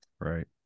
Right